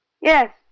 Yes